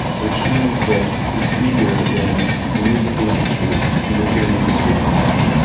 which means that it's bigger than the music industry and the film industry combined.